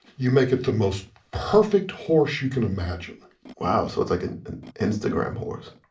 you make it the most perfect horse you can imagine wow. so it's like an instagram horse?